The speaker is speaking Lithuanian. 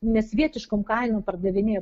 nesvietiškom kainom pardavinėja